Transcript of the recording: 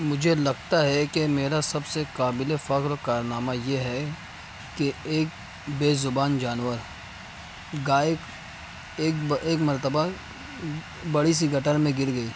مجھے لگتا ہے کہ میرا سب سے قابل فخر کارنامہ یہ ہے کہ ایک بے زبان جانور گائے ایک ایک مرتبہ بڑی سی گٹر میں گر گئی